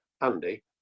Andy